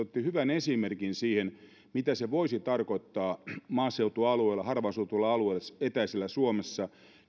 hän otti hyvän esimerkin siitä mitä se voisi tarkoittaa maaseutualueella harvaan asutulla alueella etäisessä suomessa